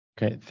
Okay